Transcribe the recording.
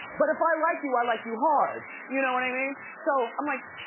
but if i like you, i like you hard. you know what i mean? so, i'm like,